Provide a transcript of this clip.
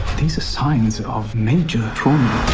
these are signs of major trauma.